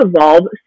evolve